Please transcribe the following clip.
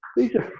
these are